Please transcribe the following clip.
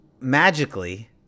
magically